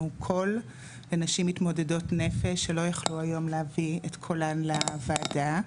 קול לנשים מתמודדות נפש שלא יכלו היום להביא את קולן לוועדה.